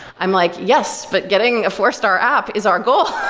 i'm like, yes, but getting a four-star app is our goal.